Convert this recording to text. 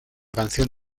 canción